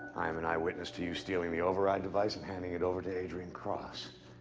i am an eyewitness to you stealing the override device and handing it over to adrian cross,